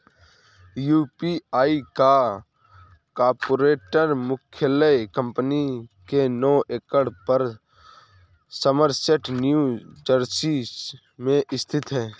UPI का corporate मुख्यालय company के नौ एकड़ पर समरसेट न्यू जर्सी में स्थित है